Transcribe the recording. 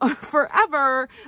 forever